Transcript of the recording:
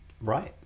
Right